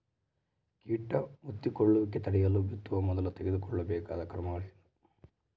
ಕೇಟ ಮುತ್ತಿಕೊಳ್ಳುವಿಕೆ ತಡೆಯಲು ಬಿತ್ತುವ ಮೊದಲು ತೆಗೆದುಕೊಳ್ಳಬೇಕಾದ ಕ್ರಮಗಳೇನು?